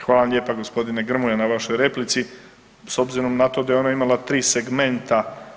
Hvala vam lijepa, g. Grmoja na vašoj replici, s obzirom na to da je ona imal tri segmenta.